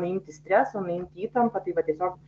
nuimti stresą nuimti įtampą tai va tiesiog